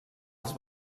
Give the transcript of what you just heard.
els